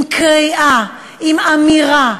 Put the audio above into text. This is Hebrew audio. עם קריאה, עם אמירה: